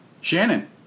Shannon